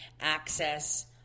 access